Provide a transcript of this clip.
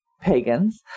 pagans